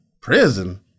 Prison